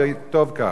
וטוב שכך.